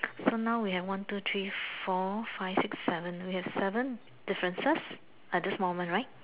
so now we have one two three four five six seven we have seven differences at this moment right